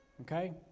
okay